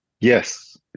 Yes